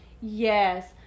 Yes